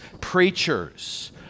preachers